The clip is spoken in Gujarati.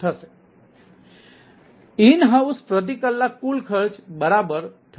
તેથીઈન હાઉસ પ્રતિ કલાક કુલ ખર્ચ 32